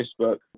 facebook